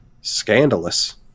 scandalous